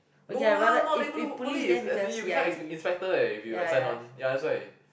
no lah not neighbourhood police as in you become inspect inspector if you are sign on ya that's right